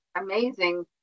amazing